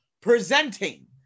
presenting